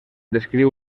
descriu